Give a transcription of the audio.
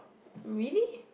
really